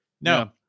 No